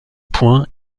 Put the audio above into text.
point